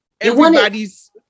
everybody's